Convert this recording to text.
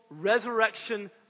resurrection